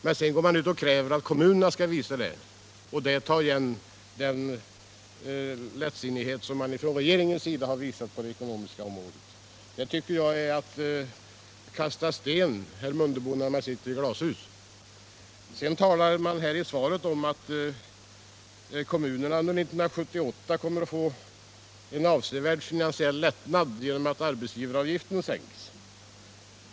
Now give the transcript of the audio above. Sedan går man ut och kräver att kommunerna skall visa återhållsamhet och rätta till vad regeringens lättsinnighet har ställt till på det ekonomiska området. Herr Mundebo, jag tycker att detta är att kasta sten när man sitter i glashus. I svaret sägs att kommunerna under 1978 kommer att få en avsevärd finansiell lättnad, därför att arbetsgivaravgiften sänks.